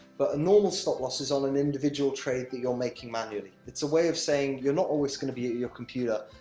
but, a normal stop-loss is on an individual trade that you're making manually. it's a way of saying you're not always going to be at your computer,